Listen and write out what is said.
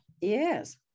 Yes